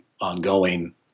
ongoing